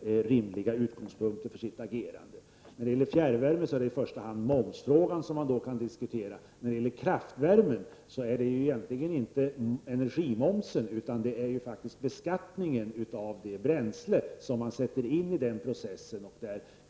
rimliga utgångspunkter för agerandet. När det gäller fjärrvärme kan man i första hand diskutera momsfrågan. När det gäller kraftvärme är det egentligen inte fråga om energimomsen utan ombeskattningen av bränslet som man sätter in i processen.